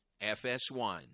FS1